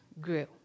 grew